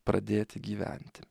pradėti gyventi